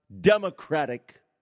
democratic